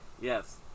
yes